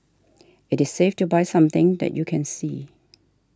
it is safer to buy something that you can see